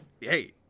hey